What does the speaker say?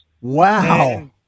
Wow